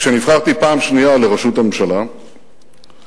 כשנבחרתי פעם שנייה לראשות הממשלה העליתי